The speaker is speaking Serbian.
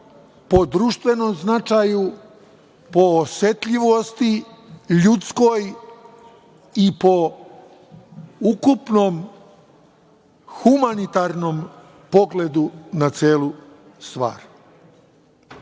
po društvenom značaju, po osetljivosti ljudskoj u po ukupnom humanitarnom pogledu na celu stvar. Zato